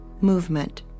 movement